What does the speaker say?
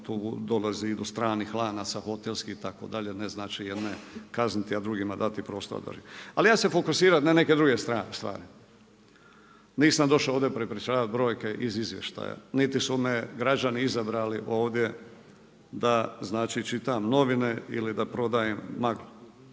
tu dolazi do stranih lanaca hotelskih itd., ne znači jedne kazniti, a drugima dati prostor. Ali ja ću se fokusirati na neke druge strane stvari. Nisam došao ovdje prepričavati brojke i iz izvještaja niti su me građani izabrali ovdje da čitam novine ili da prodaj maglu.